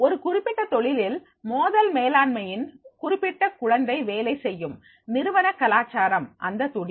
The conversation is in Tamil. ஒருகுறிப்பிட்ட தொழிலில் மோதல் மேலாண்மையின் குறிப்பிட்ட குழந்தை வேலை செய்யும்நிறுவன கலாச்சாரம் அந்த துடிப்பு